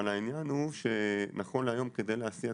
העניין הוא שנכון להיום, כדי להסיע תרופה,